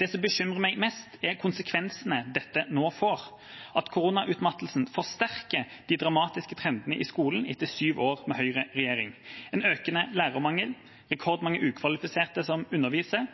Det som bekymrer meg mest, er konsekvensene dette nå får, at koronautmattelsen forsterker de dramatiske trendene i skolen etter syv år med høyreregjering: en økende lærermangel, rekordmange ukvalifiserte som underviser,